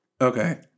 Okay